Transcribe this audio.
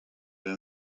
ara